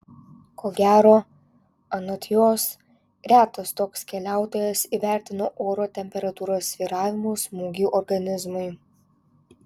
ko gero anot jos retas toks keliautojas įvertina oro temperatūros svyravimo smūgį organizmui